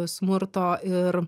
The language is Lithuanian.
smurto ir